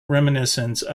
reminiscences